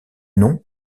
nom